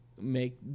make